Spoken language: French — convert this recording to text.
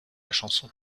chanson